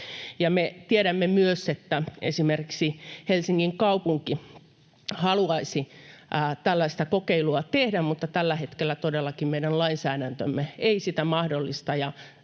Me tiedämme myös, että esimerkiksi Helsingin kaupunki haluaisi tällaista kokeilua tehdä, mutta tällä hetkellä todellakin meidän lainsäädäntömme ei sitä mahdollista,